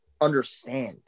understand